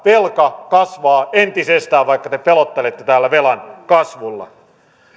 velka kasvaa entisestään vaikka te pelottelette täällä velan kasvulla